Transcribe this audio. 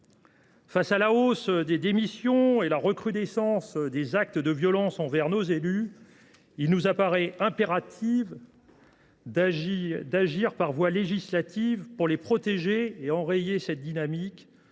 Face à la hausse des démissions et à la recrudescence des actes de violence envers nos élus, il nous paraît impératif d’agir par voie législative pour les protéger et enrayer cette dynamique